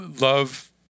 love